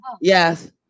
Yes